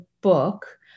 book